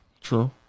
True